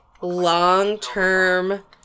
long-term